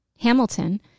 Hamilton